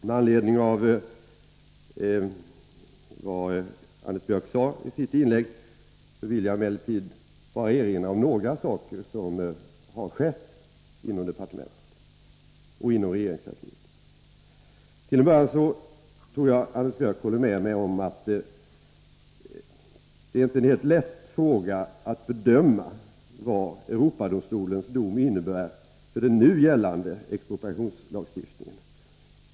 Med anledning av vad Anders Björck sade i sitt inlägg vill jag erinra om några saker som har skett inom departementet och regeringskansliet. Till en början tror jag att Anders Björck håller med mig om att det inte är helt lätt att bedöma vad Europadomstolens dom innebär för den nu gällande expropriationslagstiftningen.